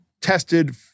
tested